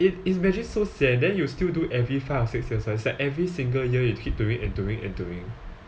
i~ imagine so sian then you still do every five or six years it's like every single year you keep doing and doing and doing